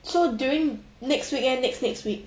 so during next weekend next next week